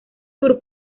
tour